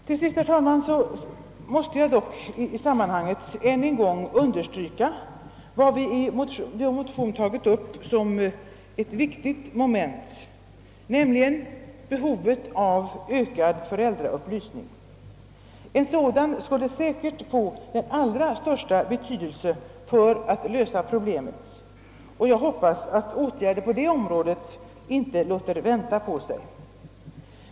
Till sist, herr talman, måste jag i sammanhanget ännu en gång understryka vad vi i vår motion tagit upp som ett viktigt moment, nämligen behovet av ökad föräldraupplysning. En sådan upplysning skulle säkert få den allra största betydelse för lösningen av detta problem, och jag hoppas att åtgärder på området inte låter vänta på sig.